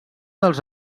dels